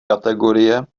kategorie